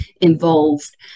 involved